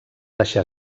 deixar